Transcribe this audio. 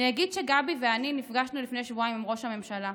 אני אגיד שגבי ואני נפגשנו לפני שבועיים עם ראש הממשלה,